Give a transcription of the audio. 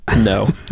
no